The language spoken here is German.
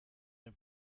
den